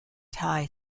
thai